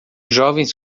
jovens